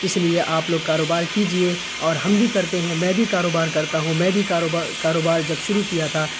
اس لیے آپ لوگ کاروبار کیجیے اور ہم بھی کرتے ہیں میں بھی کاروبار کرتا ہوں میں بھی کاروبار کاروبار جب شروع کیا تھا